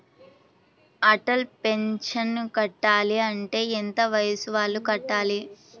Atal pension కట్టాలి అంటే ఎంత వయసు వాళ్ళు కట్టాలి?